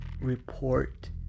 report